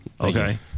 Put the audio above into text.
Okay